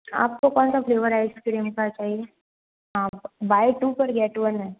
आपको कौन सा फ्लेवर आइसक्रीम का चाहिए हाँ बाय टू पर गेट वन है